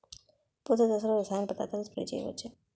పూత దశలో రసాయన పదార్థాలు స్ప్రే చేయచ్చ?